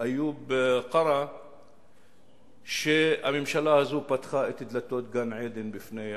איוב קרא שהממשלה הזאת פתחה את דלתות גן-עדן בפני העדה.